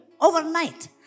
overnight